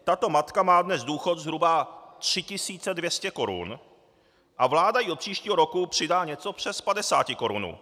Tato matka má dnes důchod zhruba 3 200 korun a vláda jí od příštího roku přidá něco přes padesátikorunu.